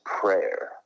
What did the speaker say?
prayer